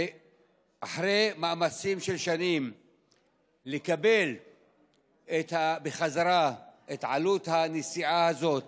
אחרי מאמצים של שנים לקבל בחזרה את עלות הנסיעה הזאת